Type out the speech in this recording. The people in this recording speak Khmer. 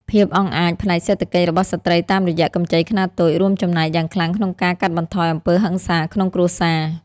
ភាពអង់អាចផ្នែកសេដ្ឋកិច្ចរបស់ស្ត្រីតាមរយៈកម្ចីខ្នាតតូច រួមចំណែកយ៉ាងខ្លាំងក្នុងការកាត់បន្ថយអំពើហិង្សាក្នុងគ្រួសារ។